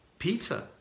Peter